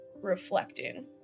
reflecting